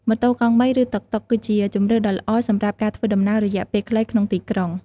ម៉ូតូកង់បីឬតុកតុក គឺជាជម្រើសដ៏ល្អសម្រាប់ការធ្វើដំណើររយៈពេលខ្លីក្នុងទីក្រុង។